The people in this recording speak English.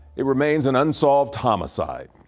it remains an unsolved homicide.